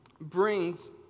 brings